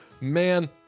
Man